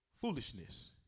foolishness